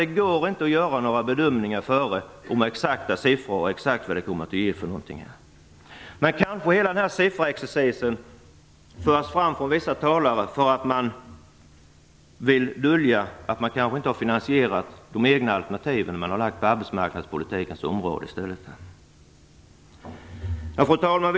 Det går inte att göra några exakta bedömningar i förväg om vad detta kommer att ge. Men den här sifferexercisen förs kanske fram av vissa talare för att dölja att man kanske inte har finansierat de egna alternativ som har lagts fram på arbetsmarknadspolitikens område. Fru talman!